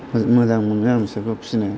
मोजां मोनो आं बिसोरखौ फिसिनो